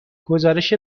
گزارش